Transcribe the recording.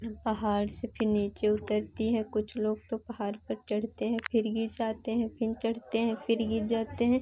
हाँ पहाड़ से फ़िर नीचे उतरती हैं कुछ लोग तो पहाड़ों पर चढ़ते हैं फ़िर गिर जाते हैं फ़िर चढ़ते हैं फ़िर गिर जाते हैं